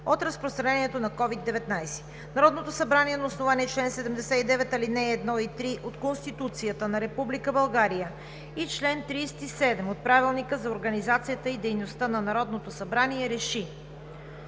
от разпространението на Ковид-19 Народното събрание на основание чл. 79, ал. 1 и 3 от Конституцията на Република България и чл. 37 от Правилника за организацията и дейността на Народното събрание